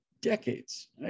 decades